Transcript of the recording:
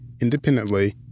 independently